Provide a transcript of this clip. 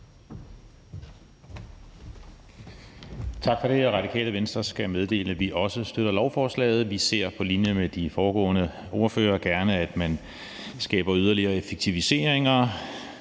Tak for det. Radikale Venstre skal meddele, at vi også støtter lovforslaget. Vi ser på linje med de foregående ordførere gerne, at man skaber yderligere effektiviseringer,